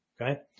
Okay